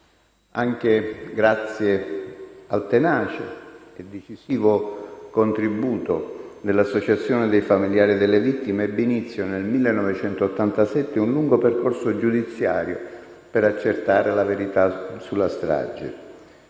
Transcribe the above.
Anche grazie al tenace e decisivo contributo dell'associazione dei famigliari delle vittime, ebbe inizio, nel 1987, un lungo percorso giudiziario per accertare la verità sulla strage.